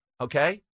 Okay